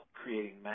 creating